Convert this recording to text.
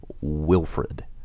Wilfred